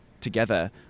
together